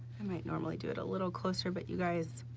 i might normally do it a little closer but you guys,